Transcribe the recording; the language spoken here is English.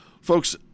Folks